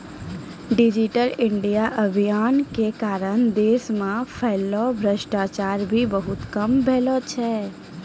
digital India अभियान के कारण देश मे फैल्लो भ्रष्टाचार भी बहुते कम भेलो छै